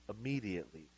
immediately